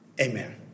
Amen